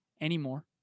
anymore